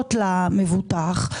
טובות למבוטח.